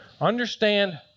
understand